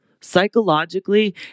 Psychologically